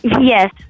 yes